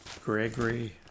Gregory